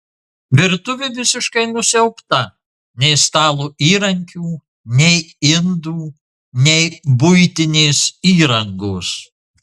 virtuvė visiškai nusiaubta nei stalo įrankių nei indų nei buitinės įrangos